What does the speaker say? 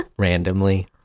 randomly